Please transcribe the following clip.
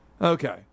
Okay